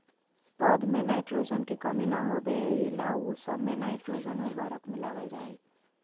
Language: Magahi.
पौध में नाइट्रोजन के कमी न होबे एहि ला उ सब मे नाइट्रोजन उर्वरक मिलावल जा हइ